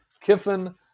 Kiffin